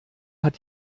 hat